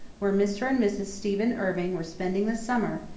where mr. and mrs. stephen irving were spending the summer,